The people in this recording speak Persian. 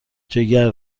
جگر